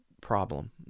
problem